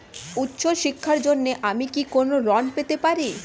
উচ্চশিক্ষার জন্য আমি কি কোনো ঋণ পেতে পারি?